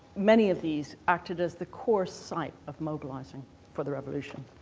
many of these acted as the core site of mobilizing for the revolution.